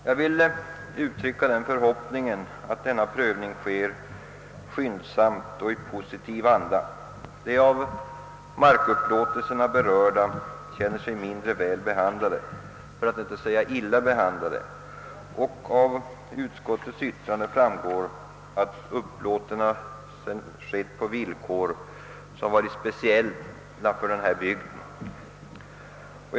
Jag vill uttrycka den förhoppningen att denna prövning sker skyndsamt och i positiv anda. De av markupplåtelserna berörda känner sig mindre väl, för att inte säga illa behandlade. Av utskottets yttrande framgår att upplåtelserna skedde på villkor som varit speciella för denna bygd.